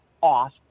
off